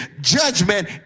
judgment